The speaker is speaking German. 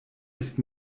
ist